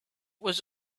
was